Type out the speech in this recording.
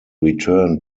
returned